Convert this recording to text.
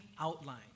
outline